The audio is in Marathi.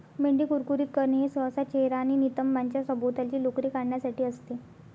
मेंढी कुरकुरीत करणे हे सहसा चेहरा आणि नितंबांच्या सभोवतालची लोकर काढण्यासाठी असते